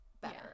better